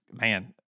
man